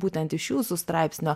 būtent iš jūsų straipsnio